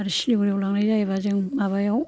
सिलिगुरियाव लांनाय जायाबा जों माबायाव